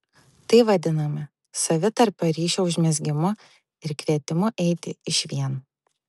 tai vadinama savitarpio ryšio užmezgimu ir kvietimu eiti išvien